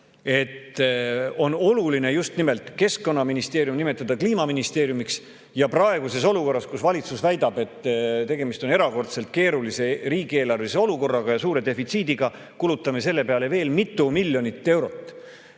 ebaproportsionaalselt suure ministeeriumiga, nimetada kliimaministeeriumiks. Praeguses olukorras, kus valitsus väidab, et tegemist on erakordselt keerulise riigieelarvelise olukorraga ja suure defitsiidiga, kulutame selle peale veel mitu miljonit eurot,